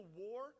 war